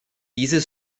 diese